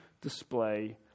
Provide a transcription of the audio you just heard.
display